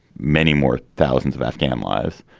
many more. thousands of afghan lives.